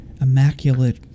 immaculate